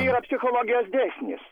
yra psichologijos dėsnis